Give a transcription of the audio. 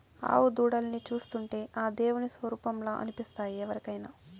ఆవు దూడల్ని చూస్తుంటే ఆ దేవుని స్వరుపంలా అనిపిస్తాయి ఎవరికైనా